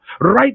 right